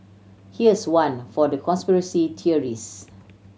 here's one for the conspiracy theorist